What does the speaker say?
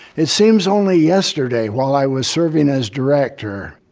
it seems only yesterday while i was serving as director,